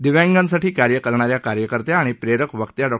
दिव्यांगासाठी कार्य करणाऱ्या कार्यकर्त्या आणि प्रेरक वक्त्या डॉ